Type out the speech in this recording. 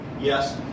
Yes